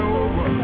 over